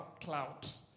clouds